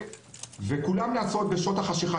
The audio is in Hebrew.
וכולם נעשות בשעות החשיכה,